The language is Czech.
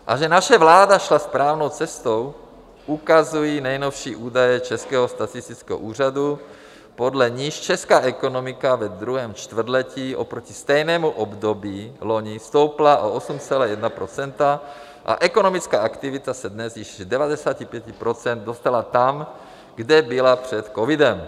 A že naše vláda šla správnou cestou, ukazují nejnovější údaje Českého statistického úřadu, podle nichž česká ekonomika ve druhém čtvrtletí oproti stejnému období loni stoupla o 8,1 % a ekonomická aktivita se dnes již z 95 % dostala tam, kde byla před covidem.